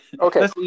Okay